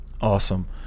awesome